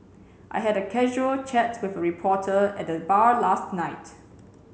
I had a casual chat with a reporter at the bar last night